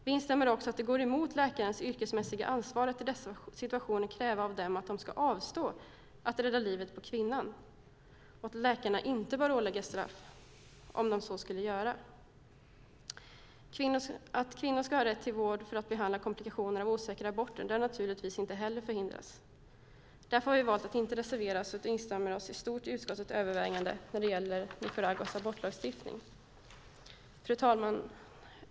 Vi instämmer också i att det går emot läkares yrkesmässiga ansvar att i dessa situationer kräva av dem att de ska avstå från att rädda livet på kvinnan och att läkarna inte bör åläggas straff om de så skulle göra. Att kvinnor ska ha rätt till vård för att behandla komplikationer av osäkra aborter bör naturligtvis inte heller förhindras. Därför har vi valt att inte reservera oss utan instämmer i stort i utskottets övervägande gällande Nicaraguas abortlagstiftning. Fru talman!